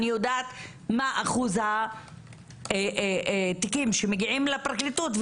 אני יודעת מה אחוז התיקים שמגיעים לפרקליטות,